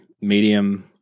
medium